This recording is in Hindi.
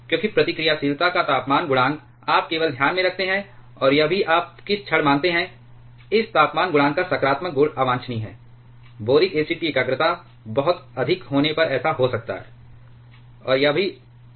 क्योंकि प्रतिक्रियाशीलता का तापमान गुणांक आप केवल ध्यान में रखते हैं और यह भी कि आप किस क्षण मानते हैं कि इस तापमान गुणांक का सकारात्मक गुण अवांछनीय है बोरिक एसिड की एकाग्रता बहुत अधिक होने पर ऐसा हो सकता है